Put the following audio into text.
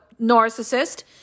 narcissist